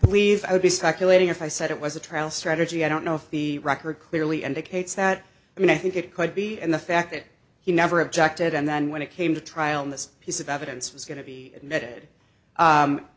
believe i would be speculating if i said it was a trial strategy i don't know if the record clearly indicates that i mean i think it could be and the fact that he never objected and then when it came to trial in this piece of evidence was going to be admitted